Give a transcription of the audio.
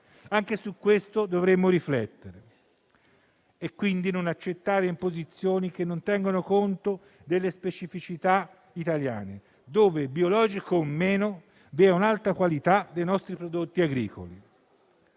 Anche su questo dovremo riflettere e non accettare imposizioni che non tengano conto delle specificità italiane, dove, biologico o meno, vi è un'alta qualità dei nostri prodotti agricoli.